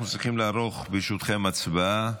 אנחנו צריכים לערוך, ברשותכם, הצבעה.